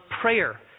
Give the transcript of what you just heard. prayer